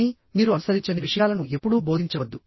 కానీ మీరు అనుసరించని విషయాలను ఎప్పుడూ బోధించవద్దు